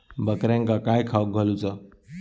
बकऱ्यांका काय खावक घालूचा?